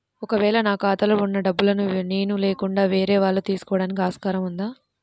ఒక వేళ నా ఖాతాలో వున్న డబ్బులను నేను లేకుండా వేరే వాళ్ళు తీసుకోవడానికి ఆస్కారం ఉందా?